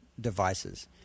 devices